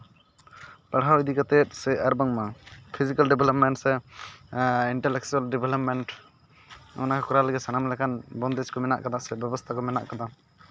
ᱯᱟᱲᱦᱟᱣ ᱤᱫᱤ ᱠᱟᱛᱮ ᱥᱮ ᱟᱨ ᱵᱟᱝᱢᱟ ᱯᱷᱤᱡᱤᱠᱮᱞ ᱰᱮᱵᱞᱚᱵᱢᱮᱱᱴ ᱥᱮ ᱤᱱᱴᱟᱞᱮᱠᱪᱟᱞ ᱰᱮᱵᱷᱞᱚᱯᱢᱮᱱᱴ ᱚᱱᱟ ᱠᱚᱨᱟᱣ ᱞᱟᱹᱜᱤᱫ ᱥᱟᱱᱟᱢ ᱞᱮᱠᱟᱱ ᱵᱚᱱᱫᱮᱡ ᱠᱚ ᱢᱮᱱᱟᱜ ᱠᱟᱫᱟ ᱥᱮ ᱵᱮᱵᱚᱥᱛᱟ ᱠᱚ ᱢᱮᱱᱟᱜ ᱠᱟᱫᱟ